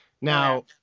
Now